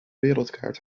wereldkaart